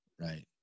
Right